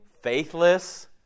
faithless